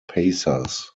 pacers